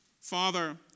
Father